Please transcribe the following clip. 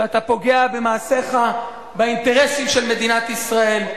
שאתה פוגע במעשיך באינטרסים של מדינת ישראל.